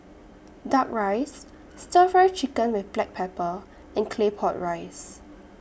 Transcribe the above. Duck Rice Stir Fry Chicken with Black Pepper and Claypot Rice